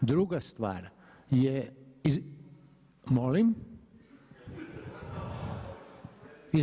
Druga stvar je …… [[Upadica se ne čuje.]] Molim?